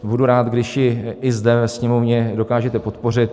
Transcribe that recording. Budu rád, když ji i zde ve Sněmovně dokážete podpořit.